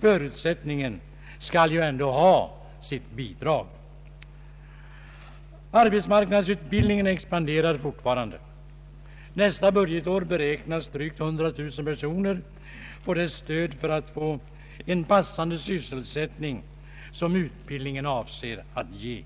förutsättningen skall ju ändå ha sitt bidrag. Arbetsmarknadsutbildningen expanderar fortfarande. Nästa budbetår beräknas drygt 100000 personer få det stöd för att få en passande sysselsättning som utbildningen avser att ge.